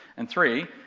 and three,